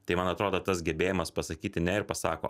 tai man atrodo tas gebėjimas pasakyti ne ir pasako